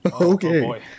okay